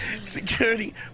Security